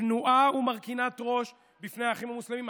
כנועה ומרכינת ראש בפני האחים המוסלמים.